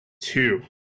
two